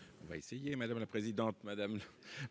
est ainsi libellé : La parole est à M.